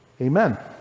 amen